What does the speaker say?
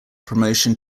promotion